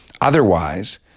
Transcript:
Otherwise